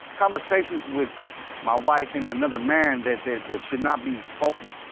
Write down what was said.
conversations with my wife and another man. that should not be spoken.